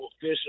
fish